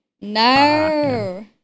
no